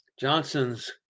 Johnson's